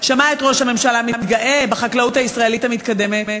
שמע את ראש הממשלה מתגאה בחקלאות הישראלית המתקדמת